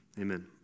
Amen